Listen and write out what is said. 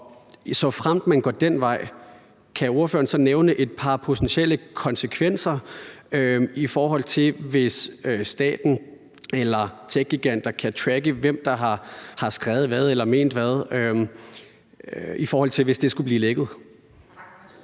såfremt man går den vej, kan ordføreren så nævne et par potentielle konsekvenser, hvis staten eller techgiganter kan tracke, hvem der har skrevet hvad eller ment hvad, i forhold til hvis det skulle blive lækket?